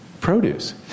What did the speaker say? produce